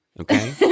Okay